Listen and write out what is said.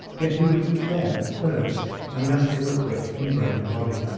yet who would eat them first unless they were quick in brain and body.